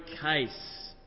case